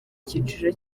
cyiciro